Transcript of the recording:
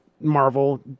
marvel